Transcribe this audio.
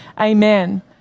Amen